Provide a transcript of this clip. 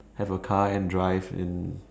have a car and drive and